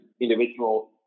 individual